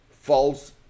false